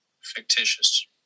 Fictitious